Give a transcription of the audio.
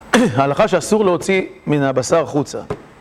ההלכה שאסור להוציא מן הבשר חוצה.